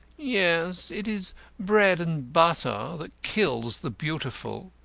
yes, it is bread and butter that kills the beautiful,